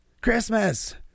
Christmas